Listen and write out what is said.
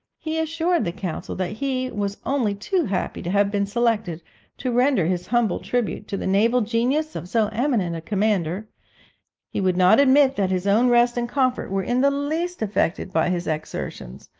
he assured the consul that he was only too happy to have been selected to render his humble tribute to the naval genius of so eminent a commander he would not admit that his own rest and comfort were in the least affected by his exertions,